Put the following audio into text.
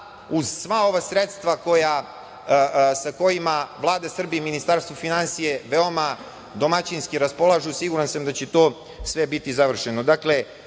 uz sva ova sredstva sa kojima Vlada Srbije i Ministarstvo finansija veoma domaćinski raspolažu, siguran sam da će to sve biti završeno. Dakle,